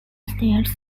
states